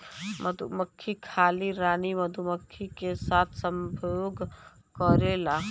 मधुमक्खी खाली रानी मधुमक्खी के साथ संभोग करेला